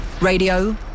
Radio